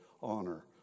honor